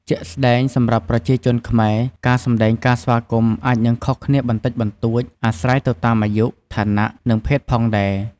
ជាក់ស្ដែង សម្រាប់ប្រជាជនខ្មែរ ការសម្ដែងការស្វាគមន៍អាចនឹងខុសគ្នាបន្តិចបន្តួចអាស្រ័យទៅតាមអាយុ ឋានៈ និងភេទផងដែរ។